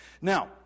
Now